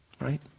right